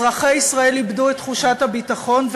אזרחי ישראל איבדו את תחושת הביטחון,